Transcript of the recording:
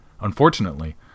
Unfortunately